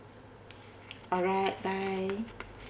alright bye